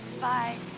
Bye